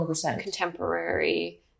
contemporary